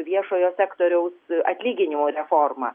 viešojo sektoriaus atlyginimų reformą